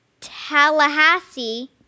Tallahassee